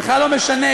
בכלל לא משנה,